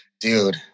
dude